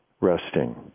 resting